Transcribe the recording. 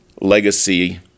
legacy